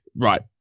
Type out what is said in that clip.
right